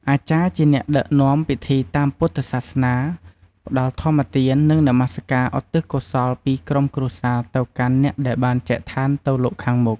អាចារ្យជាអ្នកដឹកនាំពិធីតាមពុទ្ធសាសនា ផ្តល់ធម្មទាន និងនមសក្ការឧទ្ទិសកុសលពីក្រុមគ្រួសារទៅកាន់អ្នកដែលបានចែកឋានទៅលោកខាងមុខ។